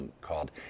called